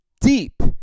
deep